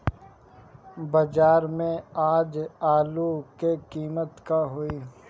बाजार में आज आलू के कीमत का होई?